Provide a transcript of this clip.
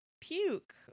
puke